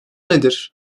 nedir